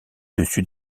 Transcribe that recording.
dessus